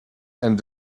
and